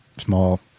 small